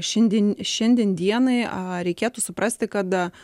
šiandien šiandien dienai reikėtų suprasti kad